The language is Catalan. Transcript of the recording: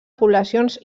poblacions